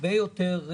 הרבה יותר,